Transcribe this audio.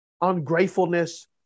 ungratefulness